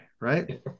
right